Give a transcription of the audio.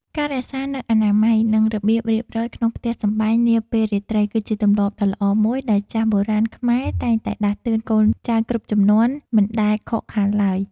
ការរក្សានូវអនាម័យ និងរបៀបរៀបរយក្នុងផ្ទះសម្បែងនាពេលរាត្រីគឺជាទម្លាប់ដ៏ល្អមួយដែលចាស់បុរាណខ្មែរតែងតែដាស់តឿនកូនចៅគ្រប់ជំនាន់មិនដែលខកខានឡើយ។